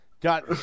Got